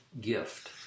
gift